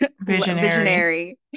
Visionary